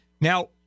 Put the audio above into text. Now